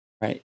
right